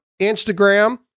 Instagram